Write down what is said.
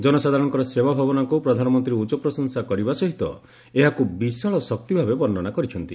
ଜନସାଧାରଣଙ୍କର ସେବା ଭାବନାକୁ ପ୍ରଧାନମନ୍ତ୍ରୀ ଉଚ୍ଚପ୍ରଶଂସା କରିବା ସହିତ ଏହାକୁ ବିଶାଳ ଶକ୍ତି ଭାବେ ବର୍ଷନା କରିଛନ୍ତି